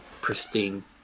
pristine